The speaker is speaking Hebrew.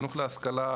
חינוך להשכלה,